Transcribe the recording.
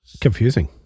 Confusing